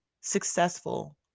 successful